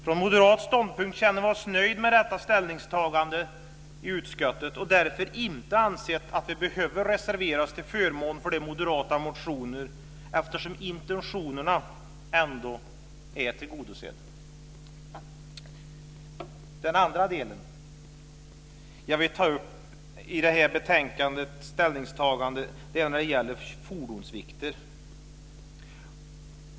Från moderat sida känner vi oss nöjda med detta ställningstagande i utskottet och har därför inte ansett att vi behöver reservera oss till förmån för de moderata motionerna. Intentionerna är ändå tillgodosedda. Den andra del som jag vill ta upp i det här betänkandet, ställningstagandet, gäller fordonsvikter.